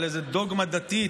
על איזה דוגמה דתית,